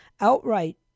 outright